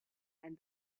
and